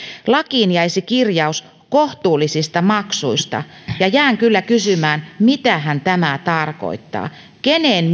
lakiin jäisi kirjaus kohtuullisista maksuista ja jään kyllä kysymään mitähän tämä tarkoittaa kenen